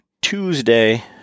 Tuesday